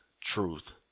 truth